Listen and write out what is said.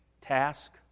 task